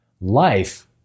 Life